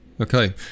Okay